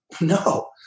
No